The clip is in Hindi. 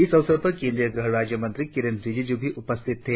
इस अवसर पर केंद्रीय गृह राज्य मंत्री किरेन रिजिजू भी उपस्थित थे